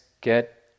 get